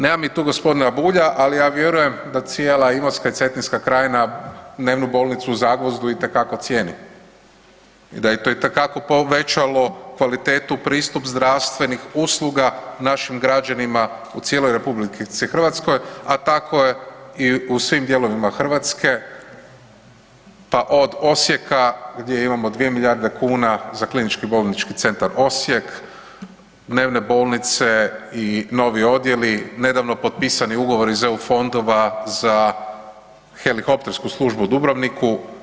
Nema mi tu gospodina Bulja, ali ja vjerujem da cijela Imotska i Cetinska krajina dnevnu bolnicu u Zagvozdu itekako cijeni i da je to itekako povećalo kvalitetu, pristup zdravstvenih usluga našim građanima u cijeloj RH, a tako i u svim dijelovima Hrvatske pa od Osijeka gdje imamo 2 milijarde kuna za KBC Osijek, dnevne bolnice i novi odjeli, nedavno potpisani ugovori iz EU fondova za helikoptersku službu u Dubrovniku.